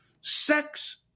Sex